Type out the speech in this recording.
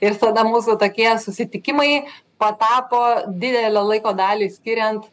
ir tada mūsų tokie susitikimai patapo didelę laiko dalį skiriant